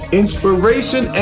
inspiration